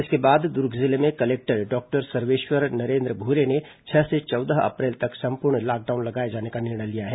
इसके बाद दुर्ग जिले में कलेक्टर डॉक्टर सर्वेश्वर नरेन्द्र भूरे ने छह से चौदह अप्रैल तक संपूर्ण लॉकडाउन लगाए जाने का निर्णय लिया है